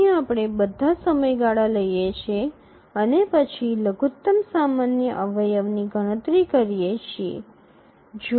અહીં આપણે બધા સમયગાળા લઈએ છીએ અને પછી લઘુત્તમ સામાન્ય અવયવની ગણતરી કરીએ છીએ